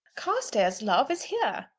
carstairs, love, is here!